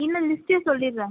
இல்லை லிஸ்ட்டே சொல்லிவிடுறேன்